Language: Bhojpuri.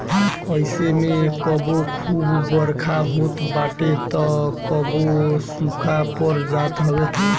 अइसे में कबो खूब बरखा होत बाटे तअ कबो सुखा पड़ जात हवे